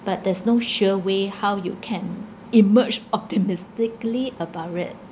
but there's no sure way how you can emerge optimistically about it